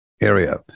area